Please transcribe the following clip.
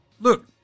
Look